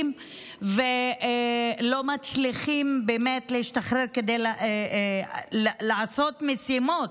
ולא מצליחים להשתחרר כדי לעשות משימות.